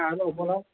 हा हॅलो बोला